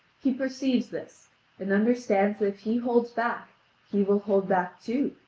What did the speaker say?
he perceives this and understands that if he holds back he will hold back too,